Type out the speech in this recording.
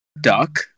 duck